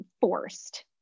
forced